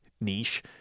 niche